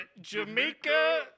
Jamaica